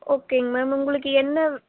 ஓகேங்க மேம் உங்களுக்கு என்ன